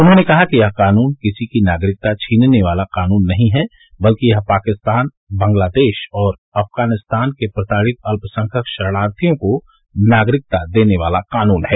उन्होंने कहा कि यह कानून किसी की नागरिकता छीनने वाला कानून नहीं है बल्कि यह पाकिस्तान बांग्लादेश और अफगानिस्तान के प्रताड़ित अत्पसंख्यक शरणार्थियों को नागरिकता देने वाला कानून है